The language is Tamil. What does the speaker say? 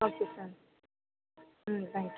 okay sir hmm thank you